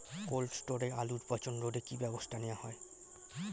Cold স্টোরে আলুর পচন রোধে কি ব্যবস্থা নেওয়া হয়?